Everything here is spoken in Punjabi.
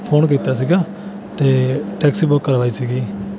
ਫੋਨ ਕੀਤਾ ਸੀਗਾ ਅਤੇ ਟੈਕਸੀ ਬੁੱਕ ਕਰਵਾਈ ਸੀਗੀ